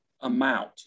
amount